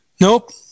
Nope